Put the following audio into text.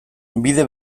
bide